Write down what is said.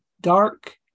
dark